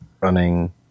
running